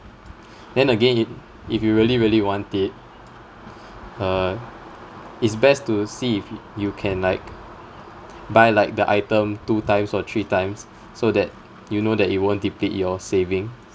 then again if if you really really want it uh it's best to see if you can like buy like the item two times or three times so that you know that it won't deplete your savings